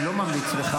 בעצם אני לא ממליץ לך,